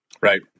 Right